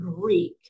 Greek